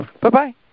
Bye-bye